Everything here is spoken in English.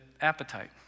appetite